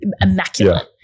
immaculate